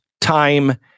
time